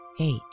eight